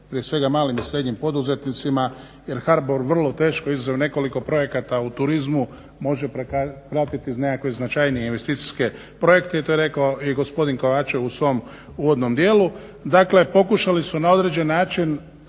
prije svega malim i srednjim poduzetnicima, jer HBOR vrlo teško izuzev nekoliko projekata u turizmu može pratiti nekakve značajnije investicijske projekte i to je rekao i gospodin Kovačev u svom uvodnom dijelu, dakle pokušali su na određen način